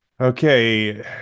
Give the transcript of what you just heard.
Okay